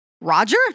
Roger